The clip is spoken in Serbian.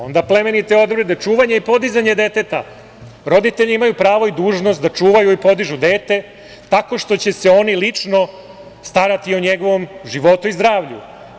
Onda, plemenite odredbe – čuvanje i podizanje deteta: roditelji imaju pravo i dužnost da čuvaju i podižu dete tako što će se oni lično starati o njegovom životu i zdravlju.